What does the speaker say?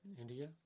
India